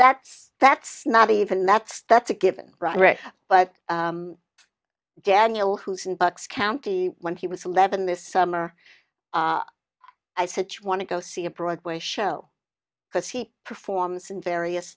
that's that's not even that's that's a given right but daniel who's in bucks county when he was eleven this summer i sichuan to go see a broadway show because he performs in various